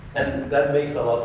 that makes a